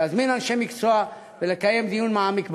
להזמין אנשי מקצוע ולקיים דיון מעמיק בעניין.